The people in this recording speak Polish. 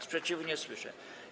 Sprzeciwu nie słyszę.